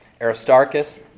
Aristarchus